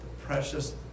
precious